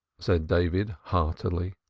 said david heartily.